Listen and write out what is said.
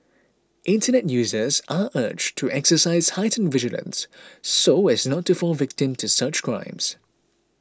internet users are urged to exercise heightened vigilance so as not to fall victim to such crimes